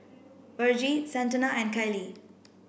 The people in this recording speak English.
Virgie Santana and Kayli